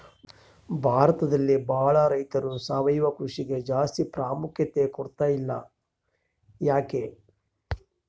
ಭಾರತದಲ್ಲಿ ಬಹಳ ರೈತರು ಸಾವಯವ ಕೃಷಿಗೆ ಜಾಸ್ತಿ ಪ್ರಾಮುಖ್ಯತೆ ಕೊಡ್ತಿಲ್ಲ ಯಾಕೆ?